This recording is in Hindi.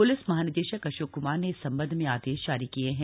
प्लिस महानिदेशक अशोक क्मार ने इस सम्बन्ध में आदेश जारी किये हैं